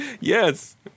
Yes